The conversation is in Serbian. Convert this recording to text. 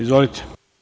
Izvolite.